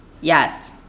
yes